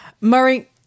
Murray